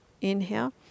inhale